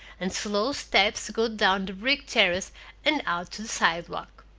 and slow steps go down the brick terrace and out to the sidewalk.